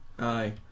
Aye